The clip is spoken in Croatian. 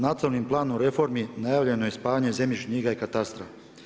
Nacionalni plan o reformi najavljeno je spajanje zemljišnih knjiga i katastra.